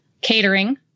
catering